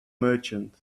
merchant